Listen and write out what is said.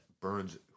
burns